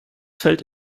fällt